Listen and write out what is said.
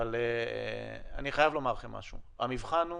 אבל אני חייב לומר לכם משהו: המבחן הוא